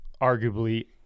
arguably